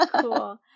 cool